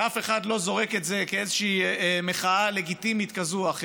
ואף אחד לא זורק את זה כאיזושהי מחאה לגיטימית כזאת או אחרת.